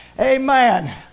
Amen